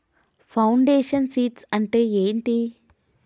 Foundation seeds అంటే ఏంటి?